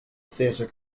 theatre